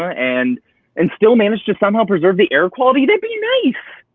and and still manage to somehow preserve the air quality, that'd be nice,